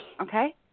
Okay